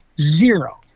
zero